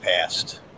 past